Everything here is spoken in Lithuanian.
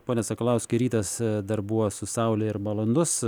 pone sakalauskai rytas dar buvo su saule ir malonus